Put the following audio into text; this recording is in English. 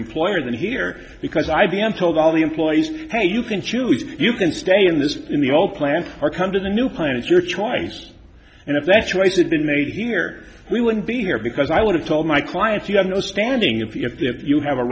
employer than here because i b m told all the employees hey you can choose if you can stay in this in the old plant or come to the new plan it's your choice and if that choice had been made here we wouldn't be here because i would have told my clients you have no standing if you have to if you have a